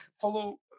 follow